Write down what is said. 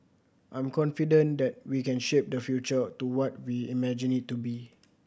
I'm confident that we can shape the future to what we imagine it to be